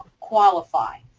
qualify.